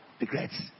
regrets